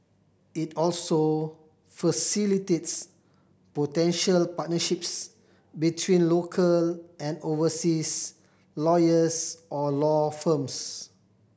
it also facilitates potential partnerships between local and overseas lawyers or law firms